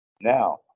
Now